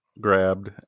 grabbed